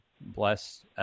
Bless